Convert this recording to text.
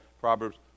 Proverbs